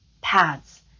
PADS